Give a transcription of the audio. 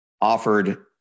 offered